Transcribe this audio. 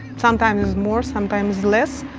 sometimes more sometimes less.